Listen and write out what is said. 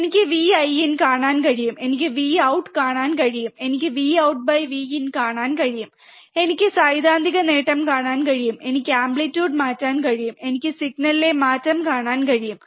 എനിക്ക് Vin കാണാൻ കഴിയും എനിക്ക് Vout കാണാൻ കഴിയും എനിക്ക് VoutVin കാണാൻ കഴിയും എനിക്ക് സൈദ്ധാന്തിക നേട്ടം കാണാൻ കഴിയും എനിക്ക് ആംപ്ലിറ്റ്യൂഡ് മാറ്റാൻ കഴിയും എനിക്ക് സിഗ്നലിലെ മാറ്റം കാണാൻ കഴിയും